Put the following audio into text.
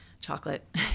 Chocolate